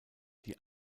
die